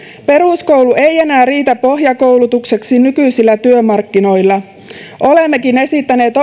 peruskoulu ei enää riitä pohjakoulutukseksi nykyisillä työmarkkinoilla olemmekin esittäneet